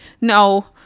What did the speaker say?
No